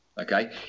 okay